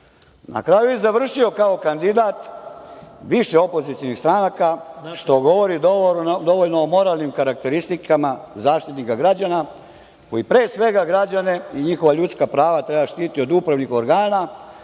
Na kraju je i završio kao kandidat više opozicionih stranaka, što govori dovoljno o moralnim karakteristikama Zaštitnika građana, koji pre svega građane i njihova ljudska prava treba da štite od upravnih organa